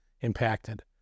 impacted